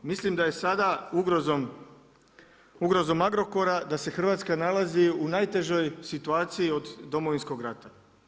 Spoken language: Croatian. Mislim da je sada ugrozom Agrokora da se Hrvatska nalazi u najtežoj situaciji od Domovinskog rata.